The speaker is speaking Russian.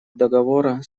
договора